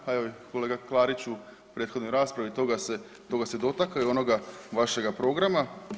Pa evo kolega Klarić se u prethodnoj raspravi toga se dotakao i onoga vašega programa.